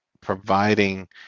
providing